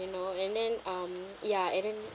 you know and then um ya and then